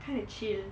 kind of chill